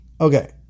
Okay